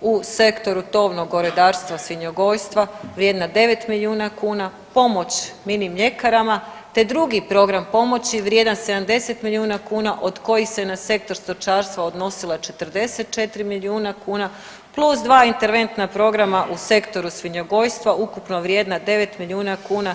u sektoru tovnog govedarstva, svinjogojstva vrijedna 9 milijuna kuna, pomoć mini mljekarama te drugi program pomoći vrijedan 70 milijuna kuna od kojih se na sektor stočarstva odnosila 44 milijuna kuna, plus dva interventna programa u sektoru svinjogojstva ukupno vrijedna 9 milijuna kuna.